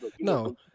No